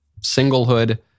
singlehood